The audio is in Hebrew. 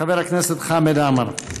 חבר הכנסת חמד עמאר.